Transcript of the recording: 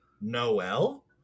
noel